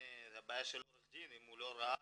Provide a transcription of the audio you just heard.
וזו בעיה של עורך הדין אם הוא לא ראה,